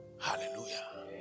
Hallelujah